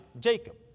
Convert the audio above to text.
Jacob